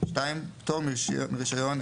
פטור מרישיון,